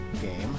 game